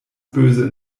böse